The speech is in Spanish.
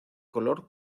color